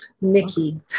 Nikki